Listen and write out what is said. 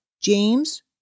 James